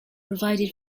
provided